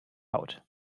haut